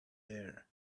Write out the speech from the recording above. air